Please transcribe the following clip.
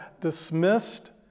dismissed